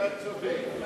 אתה צודק,